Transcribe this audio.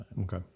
Okay